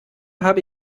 habe